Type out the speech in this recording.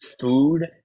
food